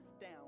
down